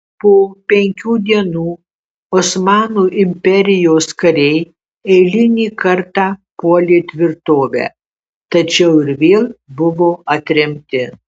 po penkių dienų osmanų imperijos kariai eilinį kartą puolė tvirtovę tačiau ir vėl buvo atremti